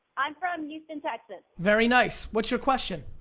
i'm from houston, texas. very nice. what's your question?